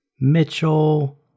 Mitchell